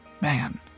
man